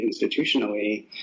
institutionally